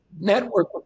network